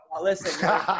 Listen